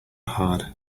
hard